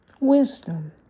wisdom